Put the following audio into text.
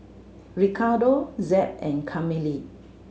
Ricardo Jep and Camille